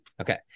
Okay